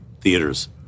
theaters